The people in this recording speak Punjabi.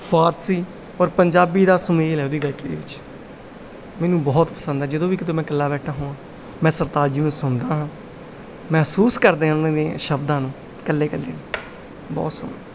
ਫਾਰਸੀ ਔਰ ਪੰਜਾਬੀ ਦਾ ਸੁਮੇਲ ਹੈ ਉਹਦੀ ਗਾਇਕੀ ਦੇ ਵਿੱਚ ਮੈਨੂੰ ਬਹੁਤ ਪਸੰਦ ਆ ਜਦੋਂ ਵੀ ਕਿਤੇ ਮੈਂ ਇਕੱਲਾ ਬੈਠਾ ਹੋਣ ਮੈਂ ਸਰਤਾਜ ਜੀ ਨੂੰ ਸੁਣਦਾ ਹਾਂ ਮਹਿਸੂਸ ਕਰਦੇ ਹਾਂ ਉਹਨਾਂ ਨੇ ਸ਼ਬਦਾਂ ਨੂੰ ਇਕੱਲੇ ਇਕੱਲੇ ਨੂੰ ਬਹੁਤ ਸੋਹਣਾ